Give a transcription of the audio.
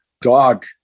dog